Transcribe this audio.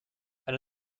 eine